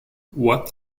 what